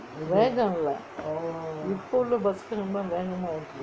வேகம் இல்லே இப்பே உள்ளே:vegam illae ippae ullae bus மாரி வேகமா ஓட்டலே:maari vegamaa ottalae